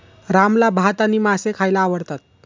रामला भात आणि मासे खायला आवडतात